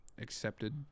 accepted